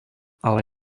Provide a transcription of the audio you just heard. ale